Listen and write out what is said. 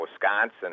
Wisconsin